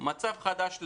מצב חדש לגמרי.